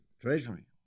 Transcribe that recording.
treasury